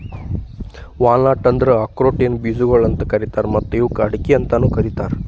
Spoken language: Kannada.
ವಾಲ್ನಟ್ ಅಂದುರ್ ಆಕ್ರೋಟಿನ ಬೀಜಗೊಳ್ ಅಂತ್ ಕರೀತಾರ್ ಮತ್ತ ಇವುಕ್ ಅಡಿಕೆ ಅಂತನು ಕರಿತಾರ್